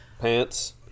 pants